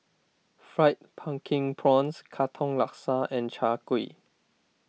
Fried Pumpkin Prawns Katong Laksa and Chai Kuih